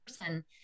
person